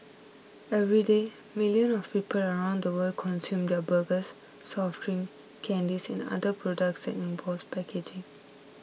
everyday millions of people around the world consume their burgers soft drinks candies and other products that involve packaging